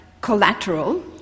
collateral